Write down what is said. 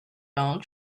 donald